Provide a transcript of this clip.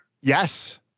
yes